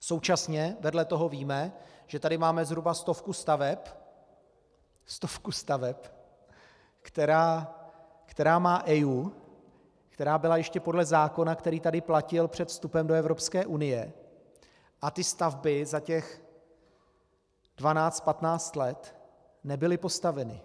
Současně vedle toho víme, že tady máme zhruba stovku staveb stovku staveb která má EIA, která byla ještě podle zákona, který tady platil před vstupem do Evropské unie, a ty stavby za těch dvanáct patnáct let nebyly postaveny.